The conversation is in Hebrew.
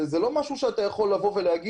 זה לא משהו שאתה יכול להגיד: